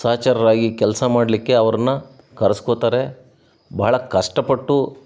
ಸಹಚರರಾಗಿ ಕೆಲಸ ಮಾಡಲಿಕ್ಕೆ ಅವ್ರನ್ನು ಕರ್ಸ್ಕೊಳ್ತಾರೆ ಬಹಳ ಕಷ್ಟಪಟ್ಟು